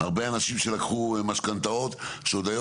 הרבה אנשים שלקחו משכנתאות שעוד היום